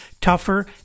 Tougher